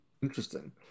Interesting